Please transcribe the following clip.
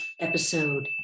Episode